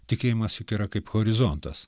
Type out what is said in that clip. tikėjimas juk yra kaip horizontas